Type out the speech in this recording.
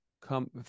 come